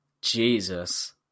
Jesus